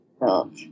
built